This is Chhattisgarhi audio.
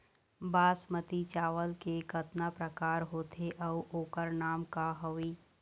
बासमती चावल के कतना प्रकार होथे अउ ओकर नाम क हवे?